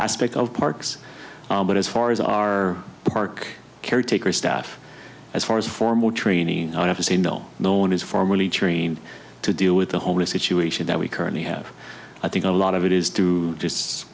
aspect of parks but as far as our park caretaker staff as far as formal training i have to say no no one is formally trained to deal with the homeless situation that we currently have i think a lot of it is through just